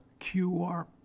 QR